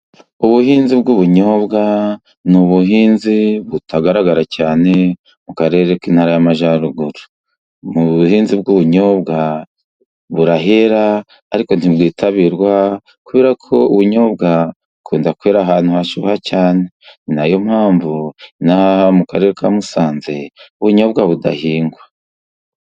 Ubuhinzi bw'ubunyobwa ni ubuhinzi butagaragara cyane mu Karere k'Intara y'Amajyaruguru. Ubu buhinzi bw'ubunyobwa burahera ariko ntibwitabirwa kubera ko ubunyobwa bukunda kwera ahantu hashyuha cyane. Ni na yo mpamvu inaha mu Karere ka Musanze ubunyobwa budahingwa